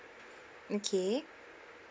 okay